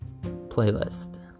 playlist